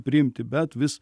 priimti bet vis